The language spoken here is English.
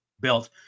built